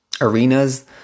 arenas